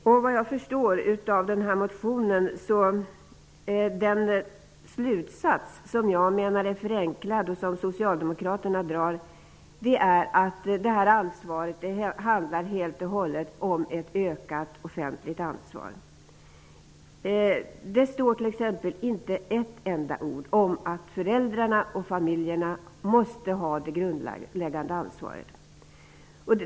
Efter vad jag förstår av denna motion drar Socialdemokraterna den förenklade slutsatsen att det helt och hållet handlar om ett ökat offentligt ansvar. Det står t.ex. inte ett enda ord om att föräldrarna och familjerna måste ha det grundläggande ansvaret.